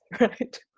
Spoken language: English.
right